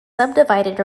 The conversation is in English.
subdivided